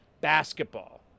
basketball